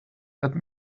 let